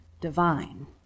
divine